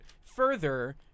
further